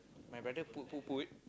my brother put put put